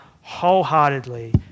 wholeheartedly